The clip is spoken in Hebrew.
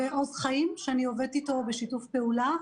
ועוז חיים, שאני עובדת איתו בשיתוף פעולה.